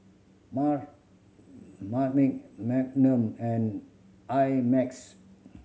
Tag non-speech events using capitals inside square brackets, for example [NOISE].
[UNINTELLIGIBLE] Marmite Magnum and I Max